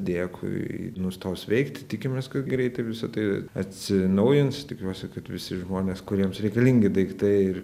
dėkui nustos veikti tikimės kad greitai visa tai atsinaujins tikiuosi kad visi žmonės kuriems reikalingi daiktai ir